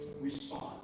respond